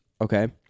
Okay